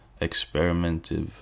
experimental